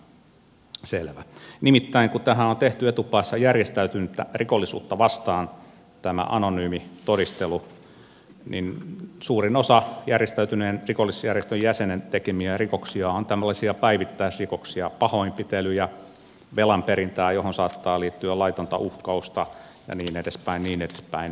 nimittäin kun tämä anonyymi todisteluhan on tehty etupäässä järjestäytynyttä rikollisuutta vastaan niin suurin osa järjestäytyneen rikollisjärjestön jäsenen tekemistä rikoksista on tällaisia päivittäisrikoksia pahoinpitelyjä velan perintää joihin saattaa liittyä laitonta uhkausta ja niin edespäin ja niin edespäin